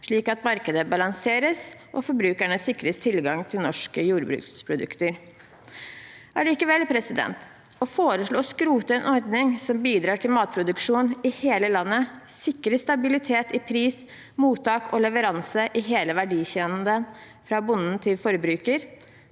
slik at markedet balanseres og forbrukerne sikres tilgang til norske jordbruksprodukter. Allikevel: Å foreslå å skrote en ordning som bidrar til matproduksjon i hele landet, og sikrer stabilitet i pris, mottak og leveranse i hele verdikjeden – fra bonde til forbruker